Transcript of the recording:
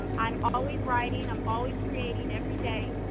um i'm always writing, i'm always creating every day.